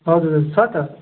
हजुर हजुर छ त